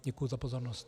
Děkuji za pozornost.